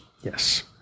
Yes